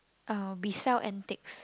uh we sell antiques